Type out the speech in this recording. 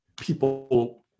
people